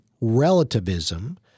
relativism